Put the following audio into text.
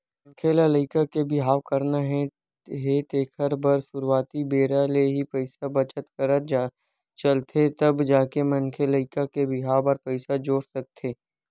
मनखे ल लइका के बिहाव करना हे तेखर बर सुरुवाती बेरा ले ही पइसा बचत करत चलथे तब जाके मनखे लइका के बिहाव बर पइसा जोरे सकथे